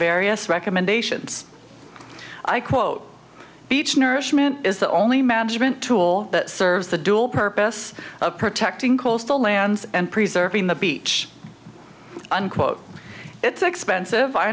various recommendations i quote beach nourishment is the only management tool that serves the dual purpose of protecting coastal lands and preserving the beach unquote it's expensive i